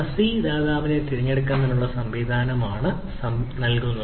fuzzy ആണ് ഒരു തിരഞ്ഞെടുക്കൽ സംവിധാനം നൽകുന്നത്